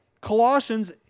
Colossians